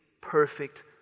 perfect